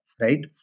right